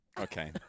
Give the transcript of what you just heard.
Okay